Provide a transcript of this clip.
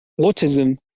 Autism